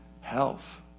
Health